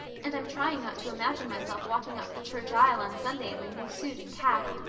and i'm trying not to imagine myself walking up the church aisle on sunday in my new suit and cap,